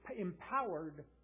empowered